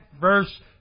verse